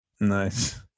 Nice